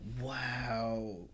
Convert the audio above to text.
Wow